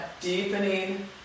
deepening